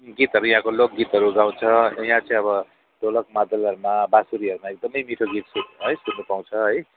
गीतहरू यहाँको लोक गीतहरू गाउँछ अन्त यहाँ चाहिँ अब ढोलक मादलहरूमा बाँसुरीहरूमा एकदमै मिठो गीत है सुन् सुन्नु पाउँछ है